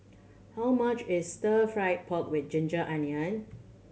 how much is stir fried pork with ginger onion